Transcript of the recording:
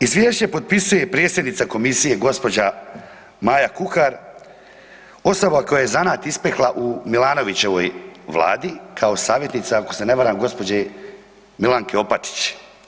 Izvješće potpisuje predsjednica komisije, gđa. maja Kuhar, osoba koja je zanat ispekla u Milanovićevoj Vladi, kao savjetnica ako se ne varam, gđe. Milanke Opačić.